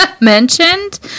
mentioned